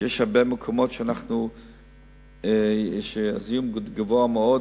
שיש הרבה מקומות שהזיהום בהם גבוה מאוד,